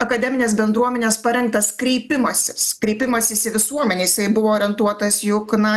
akademinės bendruomenės parengtas kreipimasis kreipimasis į visuomenę jisai buvo orientuotas juk na